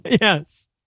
yes